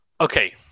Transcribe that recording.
Okay